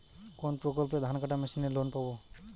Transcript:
কোন প্রকল্পে ধানকাটা মেশিনের লোন পাব?